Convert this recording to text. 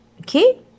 Okay